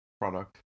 product